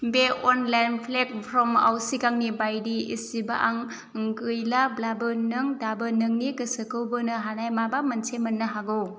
बे अनलाइन प्लेटफ्रमआव सिगांनि बायदि इसिबां गैलाब्लाबो नों दाबो नोंनि गोसोखौ बोनो हानाय माबा मोनसे मोन्नो हागौ